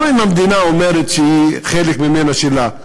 גם אם המדינה אומרת שחלק ממנה שלה,